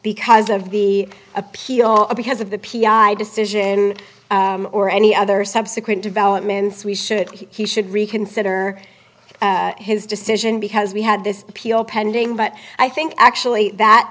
because of the appeal or because of the p r i decision or any other subsequent developments we should he should reconsider his decision because we had this appeal pending but i think actually that